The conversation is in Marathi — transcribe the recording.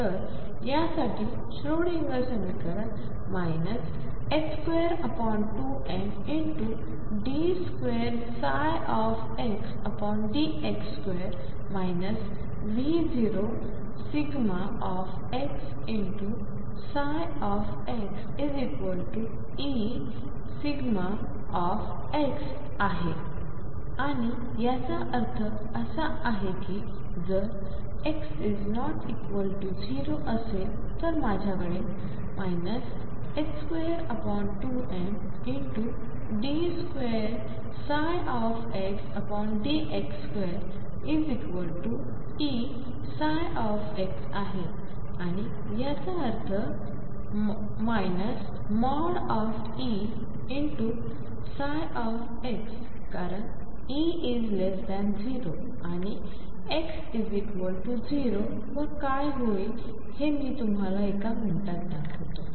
तर यासाठी श्रोडिंगर समीकरण 22md2xdx2 V0xxEψ आहे आणि याचा अर्थ असा आहे की जर x≠0असेल तर माझ्याकडे 22md2xdx2Eψ आहे आणि याचा अर्थ E कारण E0 आणि x0 वर काय होईल हे मी तुम्हाला एका मिनिटात दाखवतो